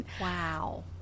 Wow